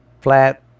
Flat